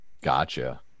Gotcha